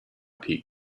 pete